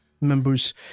members